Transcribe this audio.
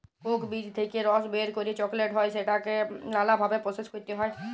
Coke বীজ থেক্যে রস বের করে চকলেট হ্যয় যেটাকে লালা ভাবে প্রসেস ক্যরতে হ্য়য়